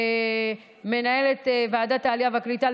מנהלת ועדת העלייה והקליטה,